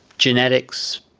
genetics,